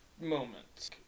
moments